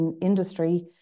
industry